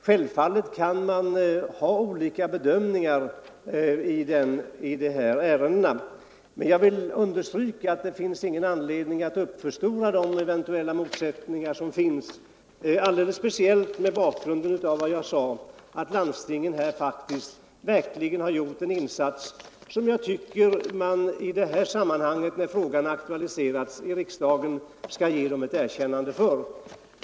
Självfallet kan man ha olika bedömningar i de här ärendena, men jag vill betona att det inte finns anledning att uppförstora de eventuella motsättningar som finns, alldeles speciellt mot bakgrunden av vad jag sade om att landstingen här faktiskt har gjort en insats som jag tycker att man nu när frågan har aktualiserats i riksdagen skall ge dem ett erkännande för.